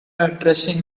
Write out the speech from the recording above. addressing